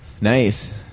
Nice